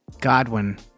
Godwin